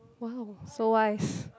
!wow! so why